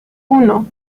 uno